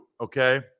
okay